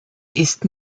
ist